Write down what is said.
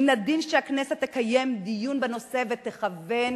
מן הדין שהכנסת תקיים דיון בנושא ותכוון